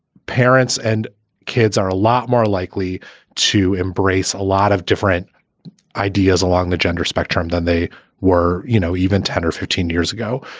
parents and kids are a lot more likely to embrace a lot of different ideas along the gender spectrum than they were, you know, even ten or fifteen years ago.